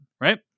Right